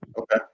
okay